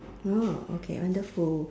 oh okay wonderful